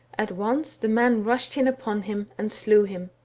at once, the men rushed in upon him and slew him.